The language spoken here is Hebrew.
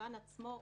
הסרבן עצמו אומר: